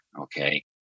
Okay